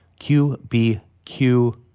qbq